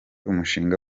umushinga